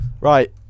Right